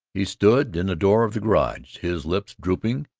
he stood in the door of the garage, his lips drooping,